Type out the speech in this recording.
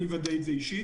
אני אוודא את זה אישית.